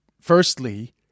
firstly